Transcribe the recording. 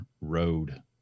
road